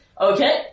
Okay